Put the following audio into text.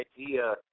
idea